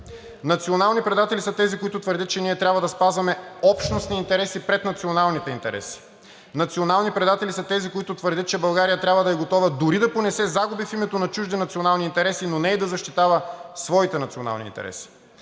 Национални предатели са тези, които твърдят, че ние трябва да спазваме общностни интереси пред националните интереси. Национални предатели са тези, които твърдят, че България трябва да е готова дори да понесе загуби в името на чужди национални интереси, но не и да защитава своите национални интереси.